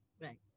right